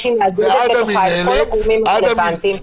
עד המנהלת --- יהיו בתוכה כל הגורמים הרלוונטיים.